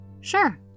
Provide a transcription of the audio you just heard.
sure